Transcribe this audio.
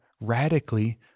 radically